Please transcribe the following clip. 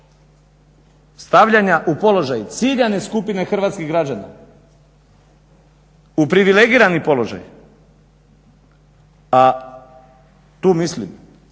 stavljanja u položaj ciljane skupine hrvatskih građana u privilegirani položaj, a tu mislim